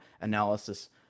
analysis